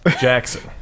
Jackson